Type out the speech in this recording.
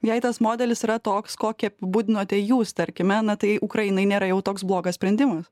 jei tas modelis yra toks kokį apibūdinote jūs tarkime na tai ukrainai nėra jau toks blogas sprendimas